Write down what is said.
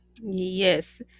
Yes